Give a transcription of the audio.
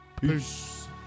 Peace